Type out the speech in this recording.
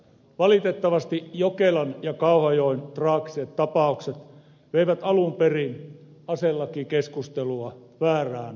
valitettavasti jokelan ja kauhajoen traagiset ta paukset veivät alun perin aselakikeskustelua väärään suuntaan